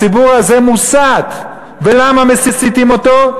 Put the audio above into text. הציבור הזה מוסת, ולמה מסיתים אותו?